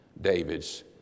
David's